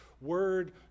word